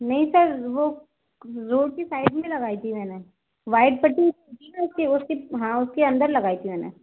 नहीं सर वह रोड के साइड में लगाई थी मैंने वाइट पट्टी थी ना उसकी वह उसके हाँ उसके अंदर लगाई थी मैंने